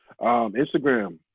instagram